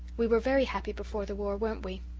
we were very happy before the war, weren't we?